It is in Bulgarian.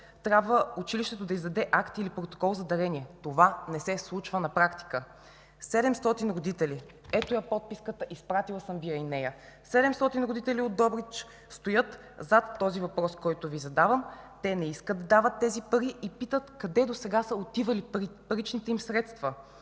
трябва училището да издаде акт или протокол за дарение. Това не се случва на практика. Седемстотин родители – ето я подписката, изпратила съм Ви я и нея. Седемстотин родители от Добрич стоят зад този въпрос, който Ви задавам. Те не искат да дават тези пари и питат къде досега са отивали паричните им средства.